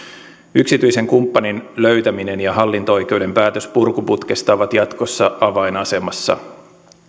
yksityisen kumppanin löytäminen ja hallinto oikeuden päätös purkuputkesta ovat jatkossa avainasemassa